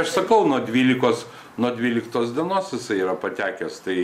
aš sakau nuo dvylikos nuo dvyliktos dienos jisai yra patekęs tai